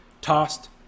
tossed